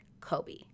Kobe